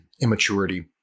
immaturity